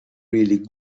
really